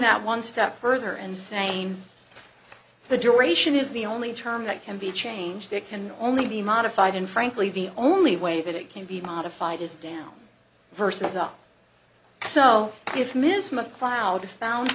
that one step further and saying the duration is the only term that can be changed it can only be modified and frankly the only way that it can be modified is down versus up so if miss mcleod found